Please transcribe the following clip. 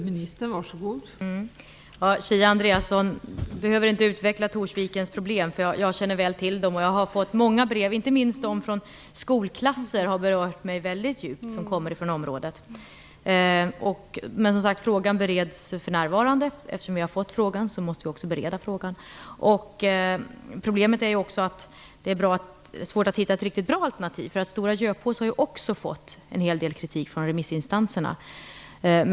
Fru talman! Kia Andreasson behöver inte utveckla Torsvikens problem. Jag känner väl till dessa. Jag har fått många brev, inte minst från skolklasser i området, vilka berört mig väldigt djupt. Som sagt är frågan för närvarande under beredning - eftersom vi fått frågan måste vi också bereda den. Men problemet är att hitta ett riktigt bra alternativ; det är svårt. Stora Göpås har ju också fått en hel del kritik från remissinstanserna.